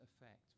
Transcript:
effect